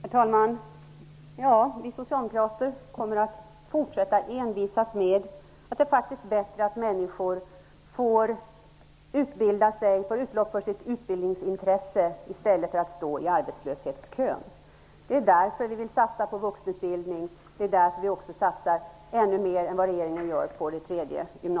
Herr talman! Vi socialdemokrater kommer att fortsätta att envisas med att det faktiskt är bättre att människor får utlopp för sitt utbildningsinstresse i stället för att stå i arbetslöshetskön. Det därför som vi vill satsa på vuxenutbildning. Det är därför som vi också satsar ännu mer på det tredje gymnasieåret än vad regeringen gör.